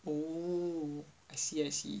oh I see I see